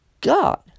God